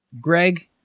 Greg